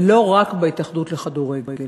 ולא רק בהתאחדות לכדורגל,